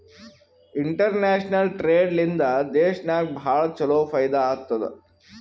international trade ಲಿಂದಾ ದೇಶನಾಗ್ ಭಾಳ ಛಲೋ ಫೈದಾ ಆತ್ತುದ್